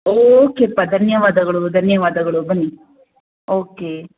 ಓಕೆಪ್ಪಾ ಧನ್ಯವಾದಗಳು ಧನ್ಯವಾದಗಳು ಬನ್ನಿ ಓಕೆ